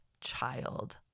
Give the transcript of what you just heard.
child